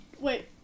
Wait